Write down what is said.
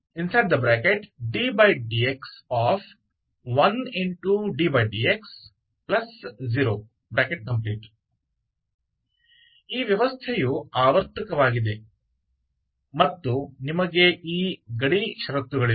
ddx0 ಈ ವ್ಯವಸ್ಥೆಯು ಆವರ್ತಕವಾಗಿದೆ ಮತ್ತು ನಿಮಗೆ ಈ ಗಡಿ ಷರತ್ತುಗಳಿವೆ